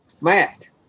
Matt